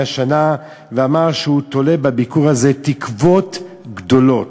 השנה ואמר שהוא תולה בביקור הזה תקוות גדולות.